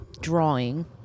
drawing